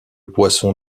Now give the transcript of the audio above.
poisson